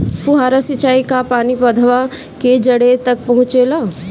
फुहारा सिंचाई का पानी पौधवा के जड़े तक पहुचे ला?